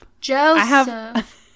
Joseph